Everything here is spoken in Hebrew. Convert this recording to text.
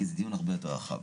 כי זה דיון הרבה יותר רחב.